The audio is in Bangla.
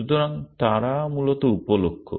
সুতরাং তারা মূলত উপ লক্ষ্য